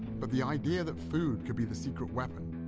but the idea that food could be the secret weapon,